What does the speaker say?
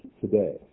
today